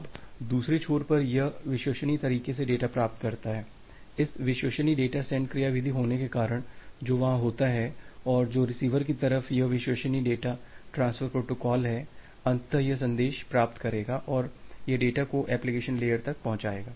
अब दूसरे छोर पर यह विश्वसनीय तरीके से डेटा प्राप्त करता है इस विश्वसनीय डेटा सेंड क्रियाव्रिधि होने के कारण जो वहाँ होता है और जो रिसीवर की तरफ यह विश्वसनीय डेटा ट्रांसफर प्रोटोकॉल है अंततः यह संदेश प्राप्त करेगा और यह डेटा को एप्लिकेशन लेयर तक पहुंचाएगा